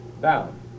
down